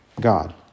God